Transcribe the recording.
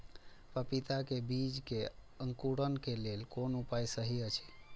पपीता के बीज के अंकुरन क लेल कोन उपाय सहि अछि?